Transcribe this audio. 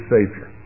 Savior